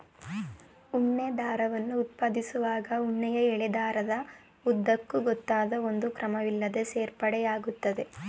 ಉಣ್ಣೆ ದಾರವನ್ನು ಉತ್ಪಾದಿಸುವಾಗ ಉಣ್ಣೆಯ ಎಳೆ ದಾರದ ಉದ್ದಕ್ಕೂ ಗೊತ್ತಾದ ಒಂದು ಕ್ರಮವಿಲ್ಲದೇ ಸೇರ್ಪಡೆ ಆಗ್ತದೆ